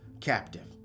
captive